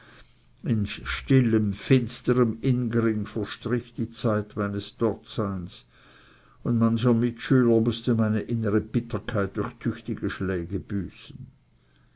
in stillem finsterm ingrimm verstrich die zeit meines dortseins und mancher mitschüler mußte meine innere bitterkeit durch tüchtige schläge büßen